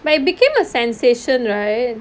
but it became a sensation right